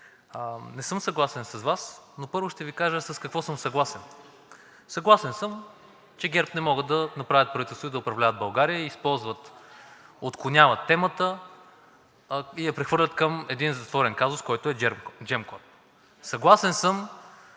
не съм съгласен с Вас, но първо ще Ви кажа с какво съм съгласен. Съгласен съм, че ГЕРБ не могат да направят правителство и да управляват България и използват, отклоняват темата и я прехвърлят към един затворен казус, който е Gemcorp. Съгласен съм,